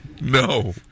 No